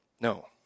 No